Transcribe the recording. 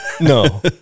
no